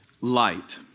light